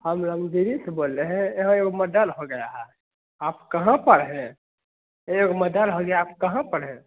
हम रंगदिरी से बोल रहे यहाँ एगो मडर हो गया है आप कहाँ पर हैं एगो मडर हो गया आप कहाँ पर हैं